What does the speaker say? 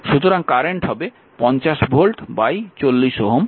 সুতরাং কারেন্ট হবে i 50 volt 40 Ω